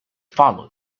follow